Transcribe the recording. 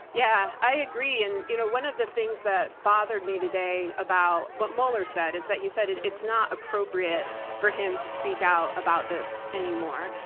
yeah, i agree, and you know one of the things that bothered me today about what mueller said is that he said it's not appropriate for him to speak out about this anymore.